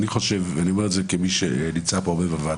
אני אומר את זה כמי שנמצא פה הרבה בעבודה,